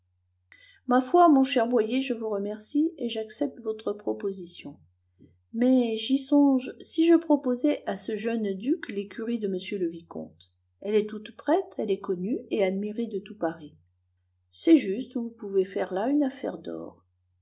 ma foi mon cher boyer je vous remercie et j'accepte votre proposition mais j'y songe si je proposais à ce jeune duc l'écurie de m le vicomte elle est toute prête elle est connue et admirée de tout paris c'est juste vous pouvez faire là une affaire d'or